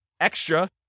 extra